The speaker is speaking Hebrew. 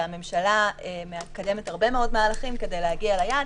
הממשלה מקדמת הרבה מאוד מהלכים כדי להגיע ליעד